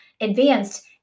advanced